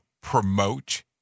promote